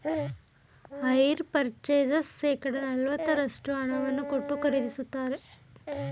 hire purchase ಶೇಕಡ ನಲವತ್ತರಷ್ಟು ಹಣವನ್ನು ಕೊಟ್ಟು ಖರೀದಿಸುತ್ತಾರೆ